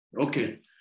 Okay